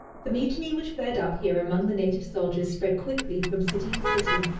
the mutiny which flared up here among the native soldiers spread quickly from city to city.